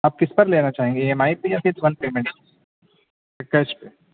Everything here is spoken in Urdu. آپ کس پر لینا چاہیں گے اے ایم آئی پہ یا پھر ون پیمنٹ پہ کہ کیش پہ